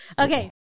Okay